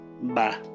Bye